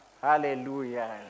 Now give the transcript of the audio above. Hallelujah